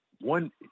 one